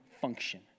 function